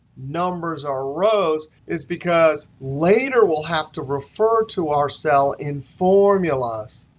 numbers are rows, is because later, we'll have to refer to our cell in formulas.